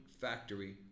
factory